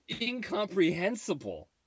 incomprehensible